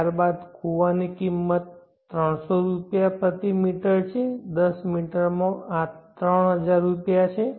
ત્યારબાદ કુવાની કિંમત 300 રૂપિયા પ્રતિ મીટર છે દસ મીટરમાં આ 3000 રૂપિયા છે